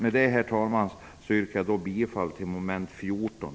Med detta yrkar jag bifall till mom. 14